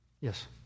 Yes